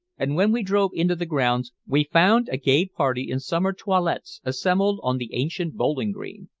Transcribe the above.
and when we drove into the grounds we found a gay party in summer toilettes assembled on the ancient bowling-green,